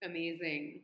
Amazing